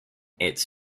its